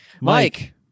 Mike